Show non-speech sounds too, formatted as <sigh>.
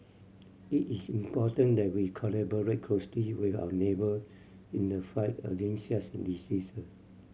it is important that we collaborate closely with our neighbour in the fight against such in <unintelligible>